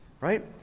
Right